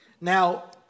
Now